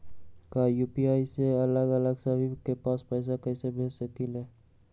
एक यू.पी.आई से अलग अलग सभी के पैसा कईसे भेज सकीले?